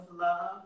love